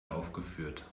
aufgeführt